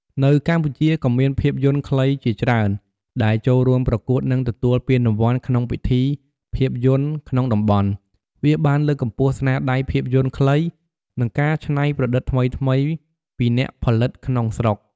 នៅកម្ពុជាក៏មានភាពយន្តខ្លីជាច្រើនដែលចូលរួមប្រកួត និងទទួលពានរង្វាន់ក្នុងពិធីភាពយន្តក្នុងតំបន់ វាបានលើកកម្ពស់ស្នាដៃភាពយន្តខ្លី និងការច្នៃប្រឌិតថ្មីៗពីអ្នកផលិតក្នុងស្រុក។។